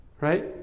Right